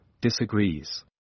disagrees